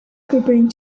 preparing